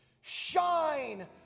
shine